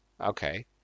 Okay